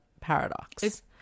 paradox